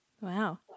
Wow